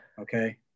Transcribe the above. Okay